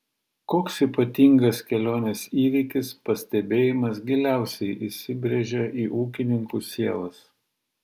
koks ypatingas kelionės įvykis pastebėjimas giliausiai įsibrėžė į ūkininkų sielas